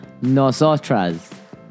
Nosotras